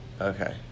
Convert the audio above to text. Okay